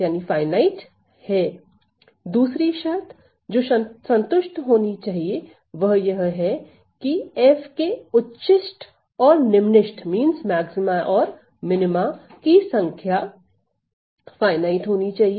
2 दूसरी शर्त जो संतुष्ट होनी चाहिए वह यह है कि f के उच्चिष्ठ और निम्निष्ठ की संख्या परिमित होनी चाहिए